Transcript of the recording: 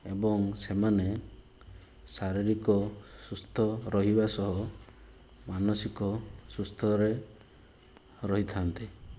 ଏବଂ ସେମାନେ ଶାରୀରିକ ସୁସ୍ଥ ରହିବା ସହ ମାନସିକ ସୁସ୍ଥରେ ରହିଥାନ୍ତି